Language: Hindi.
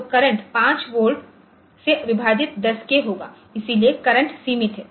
तो करंट 5 वोल्ट से विभाजित 10k होगा इसलिए करंट सीमित है